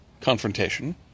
confrontation